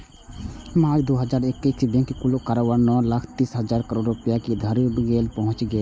मार्च, दू हजार इकैस धरि बैंकक कुल कारोबार नौ लाख तीस हजार करोड़ रुपैया धरि पहुंच गेल रहै